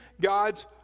God's